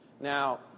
Now